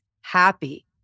happy